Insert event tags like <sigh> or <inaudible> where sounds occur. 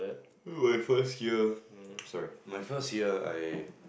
<noise> my first year sorry my first year I